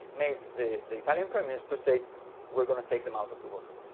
made the the italian prime minister say we're going to take them out of the water.